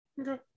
Okay